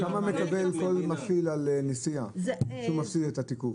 כמה מקבל כל מפעיל על נסיעה כשהוא מפסיד את התיקוף?